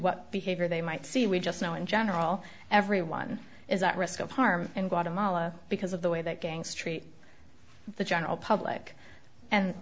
what behavior they might see we just know in general everyone is at risk of harm in guatemala because of the way that gang street the general public and